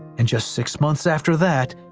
and just six months after that,